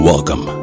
Welcome